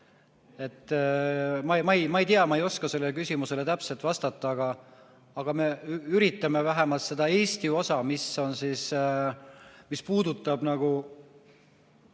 Ma ei tea, ma ei oska sellele küsimusele täpselt vastata, aga me üritame vähemalt seda Eesti osa, mis puudutab nagu